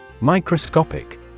Microscopic